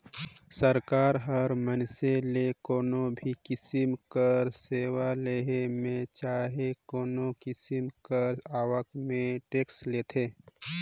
सरकार ह मइनसे ले कोनो भी किसिम कर सेवा लेहे में चहे कोनो किसिम कर आवक में टेक्स लेथे